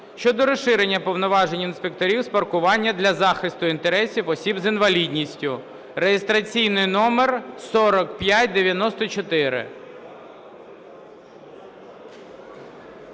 (щодо розширення повноважень інспекторів з паркування для захисту інтересів осіб з інвалідністю) (реєстраційний номер 4594).